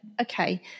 okay